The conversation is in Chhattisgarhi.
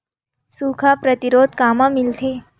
सुखा प्रतिरोध कामा मिलथे?